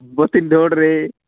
ବତିନ୍ ରୋଡ଼୍ରେ